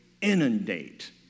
inundate